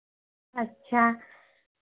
अच्छा